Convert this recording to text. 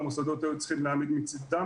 והמוסדות היו צריכים להעמיד מצידם.